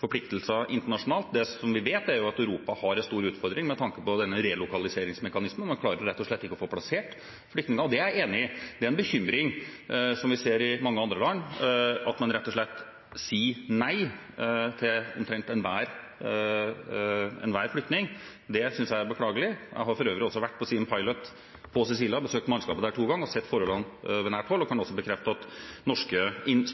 forpliktelser internasjonalt. Det som vi vet, er at Europa har en stor utfordring med denne relokaliseringsmekanismen – man klarer rett og slett ikke å få plassert flyktninger. Jeg er enig i at det er en bekymring som vi ser i mange andre land, at man rett og slett sier nei til omtrent enhver flyktning. Det synes jeg er beklagelig. Jeg har for øvrig også vært på «Siem Pilot» på Sicilia og besøkt mannskapet der to ganger og sett forholdene på nært hold, og kan også bekrefte at norske